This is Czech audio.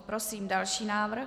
Prosím další návrh.